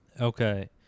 Okay